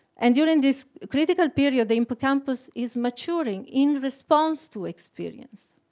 and during this critical period the hippocampus is maturing in response to experience.